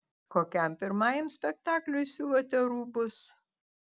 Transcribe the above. kokiam pirmajam spektakliui siuvote rūbus